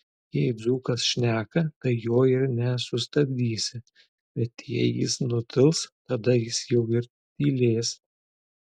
jei dzūkas šneka tai jo ir nesustabdysi bet jei jis nutils tada jis jau ir tylės